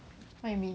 what you mean